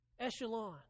echelon